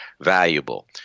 valuable